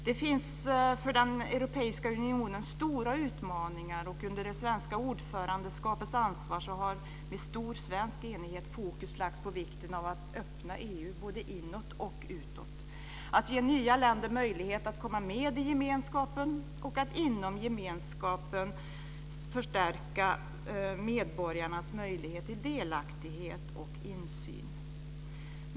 Det finns för den europeiska unionen stora utmaningar, och under det svenska ordförandeskapets ansvar har med stor svensk enighet fokus lagts på vikten av att öppna EU både inåt och utåt, att ge nya länder möjlighet att komma med i gemenskapen och att inom gemenskapen förstärka medborgarnas möjligheter till delaktighet och insyn.